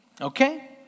okay